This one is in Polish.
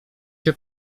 się